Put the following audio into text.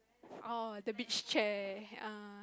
!orh! the beach chair ah